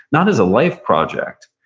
not as a life project,